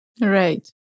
Right